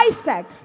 Isaac